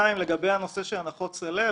לגבי הנחות סלב,